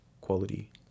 quality